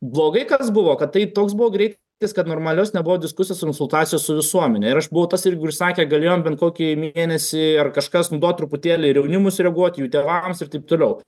blogai kas buvo kad tai toks buvo greitis kad normalios nebuvo diskusijos konsultacijos su visuomene ir aš buvau tas irgi kuris sakė galėjom bent kokį mėnesį ar kažkas nu duot truputėlį ir jaunimui sureaguot jų tėvams ir taip toliau